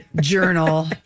journal